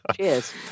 Cheers